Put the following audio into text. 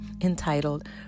entitled